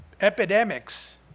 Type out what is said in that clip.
epidemics